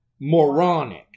moronic